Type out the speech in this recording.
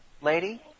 lady